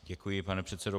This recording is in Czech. Děkuji, pane předsedo.